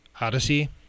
Odyssey